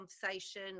conversation